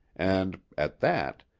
and, at that,